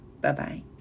Bye-bye